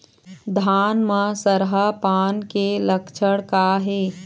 धान म सरहा पान के लक्षण का हे?